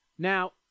Now